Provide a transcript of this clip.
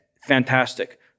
fantastic